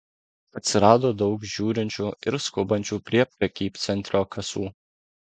atsirado daug žiūrinčių ir skubančių prie prekybcentrio kasų